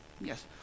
Yes